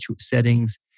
settings